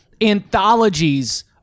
anthologies